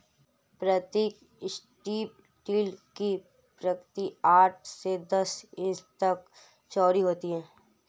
प्रतीक strip till की पंक्ति आठ से दस इंच तक चौड़ी होती है